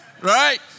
right